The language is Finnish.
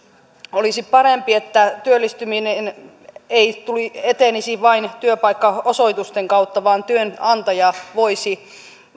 olisi parempi että työllistyminen ei etenisi vain työpaikkaosoitusten kautta vaan työnantaja voisi